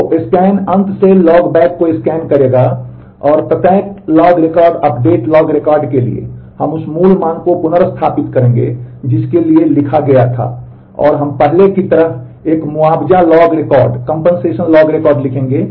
तो स्कैन अंत से लॉग बैक को स्कैन करेगा और प्रत्येक log record update log record के लिए हम उस मूल मान को पुनर्स्थापित करेंगे जिसके लिए लिखा गया था और हम पहले की तरह एक मुआवजा लॉग रिकॉर्ड लिखेंगे